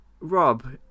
Rob